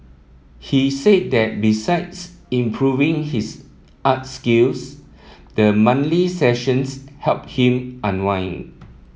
he said that besides improving his art skills the sessions help him unwind